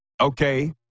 Okay